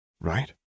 Right